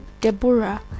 deborah